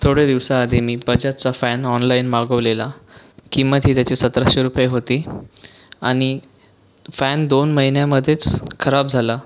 थोडे दिवसाआधी मी बजाजचा फॅन ऑनलाईन मागवलेला किंमत ही त्याची सतराशे रुपये होती आणि फॅन दोन महिन्यामध्येच खराब झाला